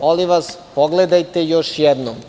Molim vas, pogledajte još jednom.